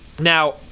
Now